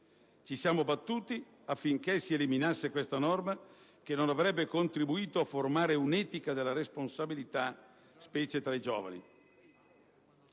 Ci siamo battuti affinché si eliminasse questa norma, che non avrebbe contribuito a formare un'etica della responsabilità specie tra i giovani.